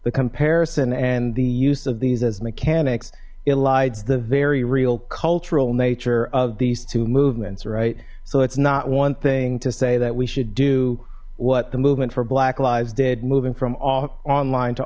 the comparison and the use of these as mechanics elides the very real cultural nature of these two movements right so it's not one thing to say that we should do what the movement for black lives did moving from online to